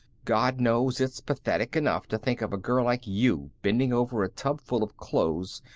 god knows it's pathetic enough to think of a girl like you bending over a tubful of clothes.